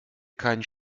keinen